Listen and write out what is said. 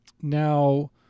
Now